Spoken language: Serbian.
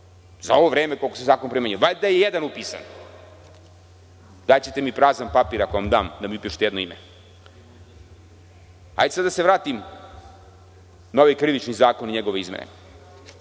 za ovo vreme za koje se zakon primenjuje. Valjda je jedan upisan. Daćete mi prazan papir ako vam dam da mi napišete jedno ime. Hajde sad da se vratim na Krivični zakon i njegove izmene.